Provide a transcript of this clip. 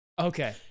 Okay